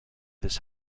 this